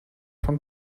von